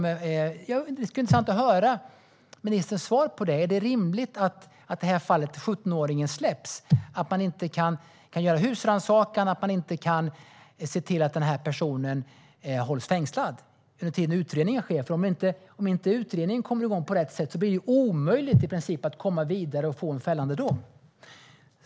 Det skulle vara intressant att höra ministerns svar på om det är rimligt att 17-åringen, i det här fallet, släpps och att man inte kan göra husrannsakan och inte kan se till att personen hålls fängslad under tiden utredningen sker. Om utredningen inte kommer i gång på rätt sätt blir det nämligen i princip omöjligt att komma vidare och få en fällande dom.